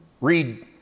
Read